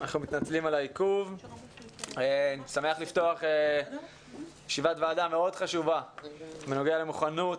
אני שמח לפתוח ישיבת ועדה מאוד חשובה בנוגע למוכנות